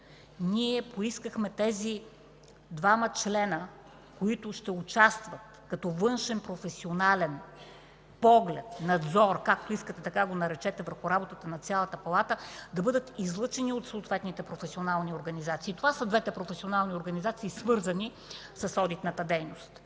ние поискахме тези двама членове, които ще участват като външен професионален поглед, надзор, както искате така го наречете, върху работата на цялата палата, да бъдат излъчени от съответните професионални организации. Това са двете професионални организации, свързани с одитната дейност.